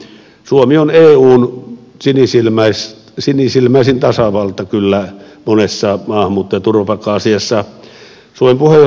suomi on eun sinisilmäisin tasavalta kyllä monessa maahanmuutto ja turvapaikka asiassa